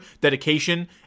dedication